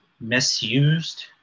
misused